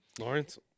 Lawrence